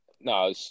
No